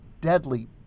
deadly